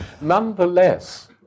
Nonetheless